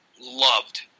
loved